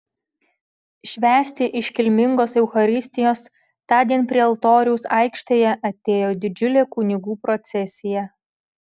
švęsti iškilmingos eucharistijos tądien prie altoriaus aikštėje atėjo didžiulė kunigų procesija